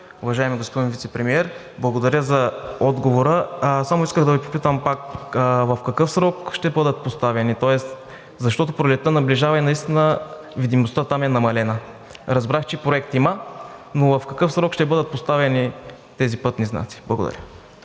Уважаеми господин Вицепремиер, благодаря за отговора. Само исках да Ви попитам пак в какъв срок ще бъдат поставени, защото пролетта наближава и наистина видимостта там е намалена. Разбрах, че проект има, но в какъв срок ще бъдат поставени тези пътни знаци? Благодаря.